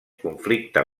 conflicte